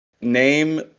name